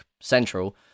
Central